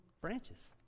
branches